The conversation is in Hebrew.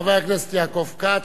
חבר הכנסת יעקב כץ,